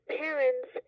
parents